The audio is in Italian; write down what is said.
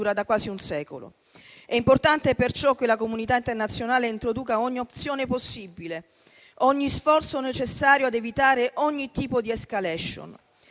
da quasi un secolo. È importante perciò che la comunità internazionale introduca ogni opzione possibile, ogni sforzo necessario ad evitare ogni tipo di *escalation*.